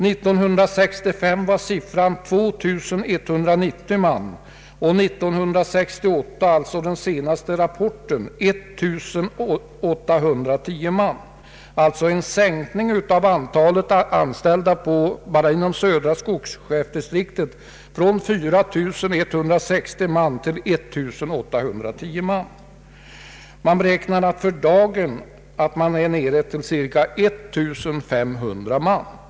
1965 var siffran 2190 man och 1968 — alltså enligt den senaste rapporten — 1810 man. Det har alltså skett en sänkning av antalet anställda bara inom södra skogschefsdistriktet från 4160 man till 1 810 man. Det beräknas att siffran i dag är omkring 1500 man.